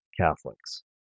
Catholics